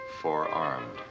forearmed